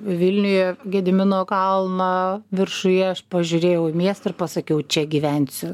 vilniuje gedimino kalno viršuje aš pažiūrėjau į miestą ir pasakiau čia gyvensiu